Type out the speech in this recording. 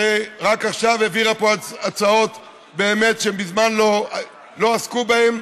שרק עכשיו העבירה פה הצעות שבאמת מזמן לא עסקו בהן,